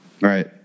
Right